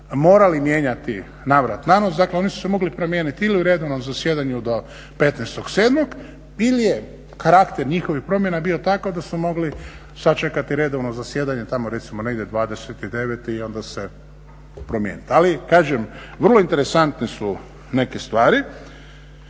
morali mijenjati navrat-nanos, dakle oni su se mogli promijenit ili u redovnom zasjedanju do 15.7. ili je karakter njihovih promjena bio takav da su mogli sačekati redovno zasjedanje tamo recimo negdje 20.9. i onda se promijenit. Ali kažem, vrlo interesantne su neke stvari.